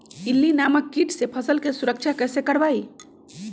इल्ली नामक किट से फसल के सुरक्षा कैसे करवाईं?